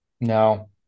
No